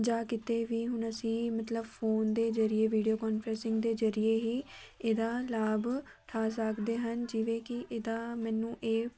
ਜਾਂ ਕਿਤੇ ਵੀ ਹੁਣ ਅਸੀਂ ਮਤਲਬ ਫੋਨ ਦੇ ਜ਼ਰੀਏ ਵੀਡੀਓ ਕੋਂਨਫਰੈਸਿੰਗ ਦੇ ਜ਼ਰੀਏ ਹੀ ਇਹਦਾ ਲਾਭ ਉਠਾ ਸਕਦੇ ਹਨ ਜਿਵੇਂ ਕਿ ਇਹਦਾ ਮੈਨੂੰ ਇਹ